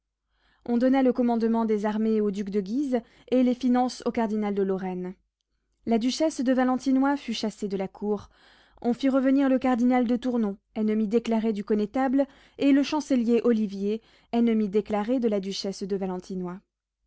on donna le commandement des armées au duc de guise et les finances au cardinal de lorraine la duchesse de valentinois fut chassée de la cour on fit revenir le cardinal de tournon ennemi déclaré du connétable et le chancelier olivier ennemi déclaré de la duchesse de valentinois